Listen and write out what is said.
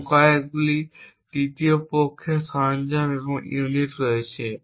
এবং অনেকগুলি তৃতীয় পক্ষের সরঞ্জাম এবং ইউনিট রয়েছে